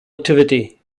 activity